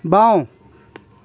বাওঁ